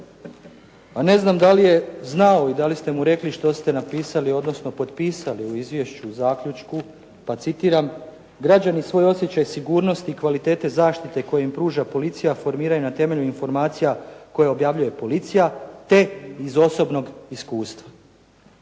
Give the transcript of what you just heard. a ne znam da li je znao i da li ste mu rekli što ste napisali odnosno potpisali u izvješću, u zaključku, pa citiram: "Građani svoj osjećaj sigurnosti i kvalitete zaštite koje im pruža policija formiraju na temelju informacija koje objavljuje policija te iz osobnog iskustva.